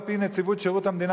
על-פי נציבות שירות המדינה,